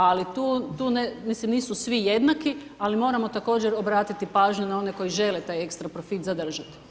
Ali tu, mislim nisu svi jednaki ali moramo također obratiti pažnju na one koji žele taj ekstra profit zadržat.